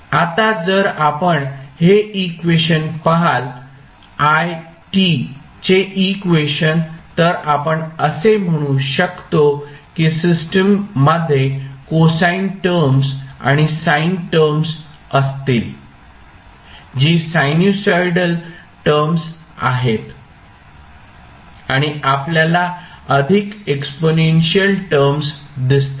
आता जर आपण हे इक्वेशन पहाल it चे इक्वेशन तर आपण असे म्हणू शकतो की सिस्टम मध्ये कोसाइन टर्मस् आणि साइन टर्मस् असतील जी साइनसॉइडल टर्मस् आहेत आणि आपल्याला अधिक एक्सपोनेन्शियल टर्मस् दिसतील